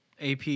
AP